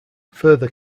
further